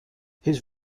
his